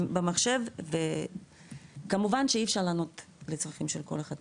במחשב וכמובן שאי אפשר לענות לצרכים של כל אחד.